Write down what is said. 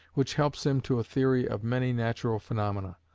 which helps him to theory of many natural phaenomena.